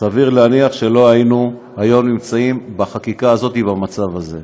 סביר להניח שלא היינו נמצאים היום בחקיקה הזאת במצב הזה.